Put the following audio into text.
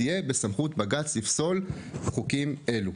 תהיה לבג״ץ הסמכות לפסול חוקים מעין אלו,